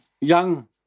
young